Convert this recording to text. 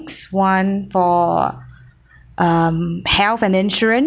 one for um health and insurance